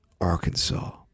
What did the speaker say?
Arkansas